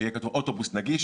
שיהיה כתוב: אוטובוס נגיש,